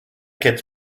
kids